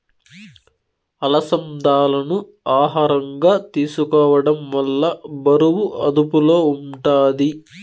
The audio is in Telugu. అలసందాలను ఆహారంగా తీసుకోవడం వల్ల బరువు అదుపులో ఉంటాది